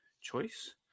choice